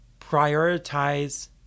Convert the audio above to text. prioritize